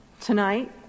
Tonight